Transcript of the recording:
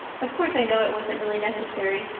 of course i know it wasn't really necessary,